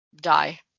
die